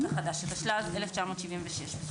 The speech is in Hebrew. התשל"ז 1976‏ ,